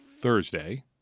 Thursday